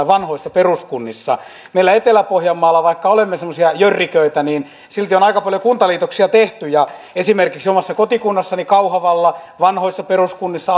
vanhoissa peruskunnissa meillä etelä pohjanmaalla vaikka olemme semmoisia jörriköitä on aika paljon kuntaliitoksia tehty esimerkiksi omassa kotikunnassani kauhavalla ja vaikkapa vanhoissa peruskunnissa